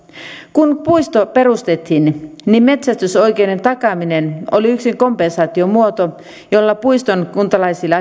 kun puisto perustettiin niin niin metsästysoikeuden takaaminen oli yksi kompensaatiomuoto jolla puiston kuntalaisille